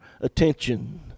attention